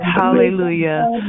Hallelujah